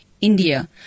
India